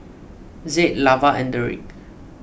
Zaid Lavar and Deric